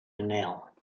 nail